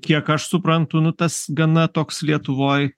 kiek aš suprantu nu tas gana toks lietuvoj